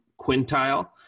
quintile